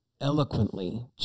eloquently